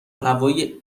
هوای